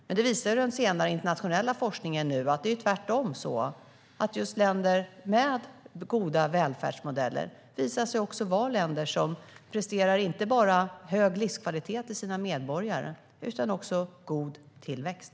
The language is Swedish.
Men den senare internationella forskningen visar att det är tvärtom så att länder med goda välfärdsmodeller är länder som presterar inte bara hög livskvalitet till sina medborgare utan också god tillväxt.